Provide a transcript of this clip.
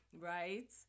right